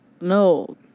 No